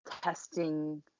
testing